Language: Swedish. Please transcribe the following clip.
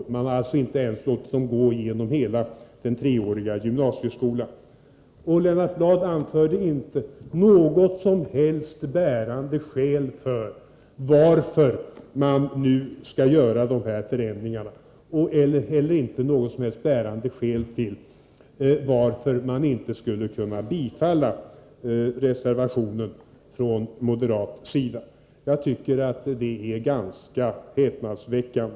Man har alltså inte ens låtit förändringarna gå igenom hela den treåriga gymnasieskolan. Lennart Bladh anförde inte något som helst bärande skäl för att nu göra de av regeringen föreslagna förändringarna. Han angav inte heller något som helst bärande skäl för att man inte skulle kunna bifalla reservationen från moderat sida. Jag tycker att det är ganska häpnadsväckande.